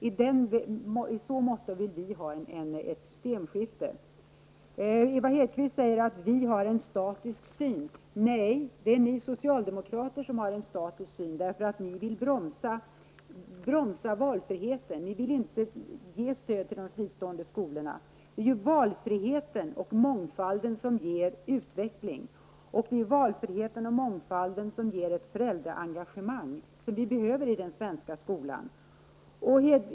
I så måtto vill vi ha ett systemskifte. Eva Hedkvist Petersen säger att vi har en statisk syn. Nej, det är ni socialdemokrater som har en statisk syn. Ni vill bromsa valfriheten och vill inte ge stöd till de fristående skolorna. Det är ju valfriheten och mångfalden som ger utveckling, och det är valfriheten och mångfalden som ger ett föräldraengagemang som vi behöver i den svenska skolan.